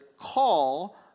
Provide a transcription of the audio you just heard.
call